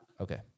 Okay